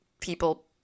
people